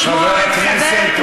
חבר הכנסת אוחנה.